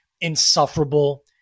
Insufferable